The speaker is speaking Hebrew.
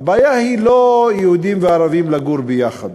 הבעיה היא לא יהודים וערבים, לגור יחד.